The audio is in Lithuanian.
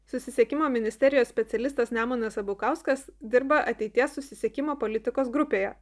susisiekimo ministerijos specialistas nemunas abukauskas dirba ateities susisiekimo politikos grupėje